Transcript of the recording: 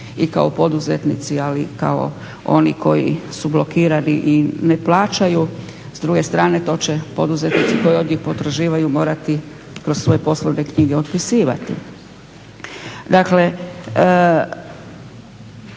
i kao poduzetnici, ali i kao oni koji su blokirani i ne plaćaju. S druge strane to će poduzetnici koji ovdje potraživaju morati kroz svoje poslovne knjige otpisivati.